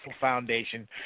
foundation